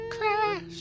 Crash